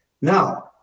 Now